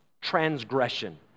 transgression